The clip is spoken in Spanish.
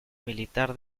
militar